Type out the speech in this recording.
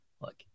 look